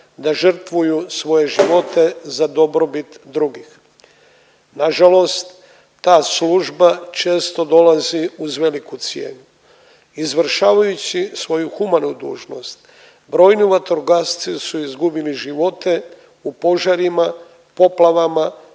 da žrtvuju svoje živote za dobrobit drugih. Nažalost ta služba često dolazi uz veliku cijenu. Izvršavajući svoju humanu dužnost brojni vatrogasci su izgubili živote u požarima, poplavama,